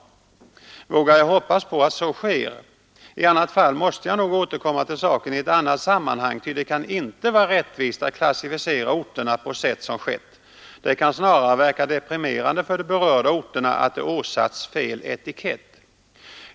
Vågar jag hoppas på att så sker? I annat fall måste jag nog återkomma till saken i annat sammanhang, ty det kan inte vara rättvist att klassificera orterna på sätt som skett. Det kan snarare verka deprimerande för befolkningen i de berörda orterna att de åsatts felaktig etikett.